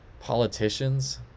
politicians